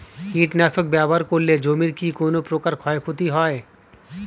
কীটনাশক ব্যাবহার করলে জমির কী কোন প্রকার ক্ষয় ক্ষতি হয়?